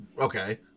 okay